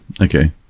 Okay